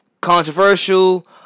controversial